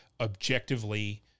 objectively